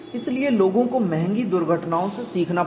इसलिए लोगों को महंगी दुर्घटनाओं से सीखना पड़ा